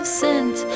sent